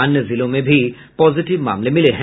अन्य जिलों में भी पॉजिटिव मामले मिले हैं